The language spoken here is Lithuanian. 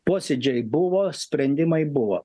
posėdžiai buvo sprendimai buvo